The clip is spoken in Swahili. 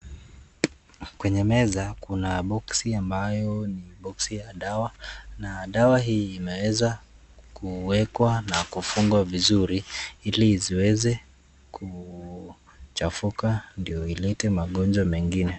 Kwenye meza kuna boksi ambayo ni boksi ya dawa na dawa hii imeweza kuwekwa na kufungwa vizuri ili isiweze kuchafuka ndio ilete magonjwa mengine.